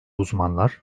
uzmanlar